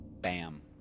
Bam